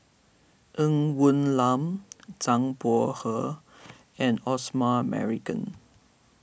Ng Woon Lam Zhang Bohe and Osman Merican